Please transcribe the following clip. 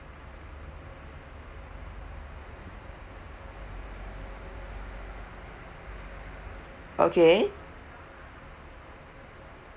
okay